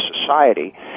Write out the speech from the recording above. society